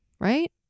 Right